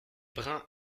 brun